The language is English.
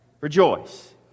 Rejoice